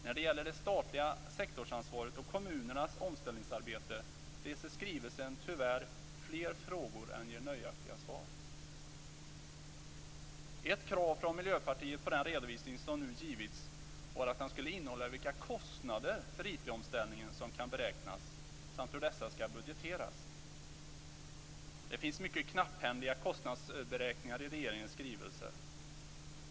När det gäller det statliga sektorsansvaret och kommunernas omställningsarbete reser skrivelsen tyvärr fler frågor än den ger nöjaktiga svar. Ett krav från Miljöpartiet på den redovisning som nu givits var att den skulle innehålla vilka kostnader för IT-omställningen som kan beräknas samt hur dessa skall budgeteras. Det finns mycket knapphändiga kostnadsberäkningar i regeringens skrivelse.